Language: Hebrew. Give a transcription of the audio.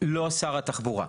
לא שר התחבורה.